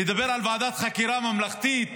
לדבר על ועדת חקירה ממלכתית,